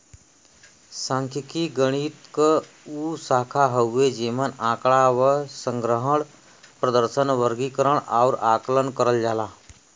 सांख्यिकी गणित क उ शाखा हउवे जेमन आँकड़ा क संग्रहण, प्रदर्शन, वर्गीकरण आउर आकलन करल जाला